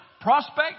prospect